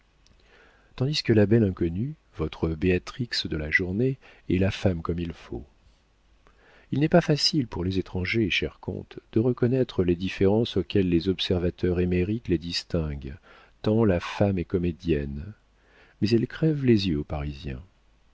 tandis que la belle inconnue votre béatrix de la journée est la femme comme il faut il n'est pas facile pour les étrangers cher comte de reconnaître les différences auxquelles les observateurs émérites les distinguent tant la femme est comédienne mais elles crèvent les yeux aux parisiens